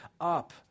up